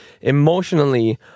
emotionally